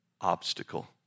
obstacle